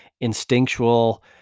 instinctual